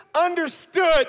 understood